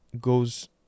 goes